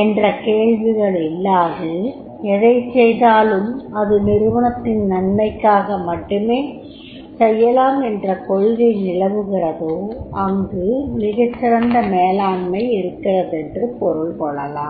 என்ற கேள்விகள் இல்லாது எதைச் செய்தாலும் அது நிறுவனத்தின் நன்மைக்காக மட்டுமே செய்யலாம் என்ற கொள்கை நிலவுகிறதோ அங்கு மிகச் சிறந்த மேலாண்மை இருக்கிறதென்று பொருள் கொள்ளலாம்